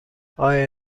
آیا